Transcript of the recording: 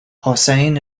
hossain